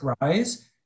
rise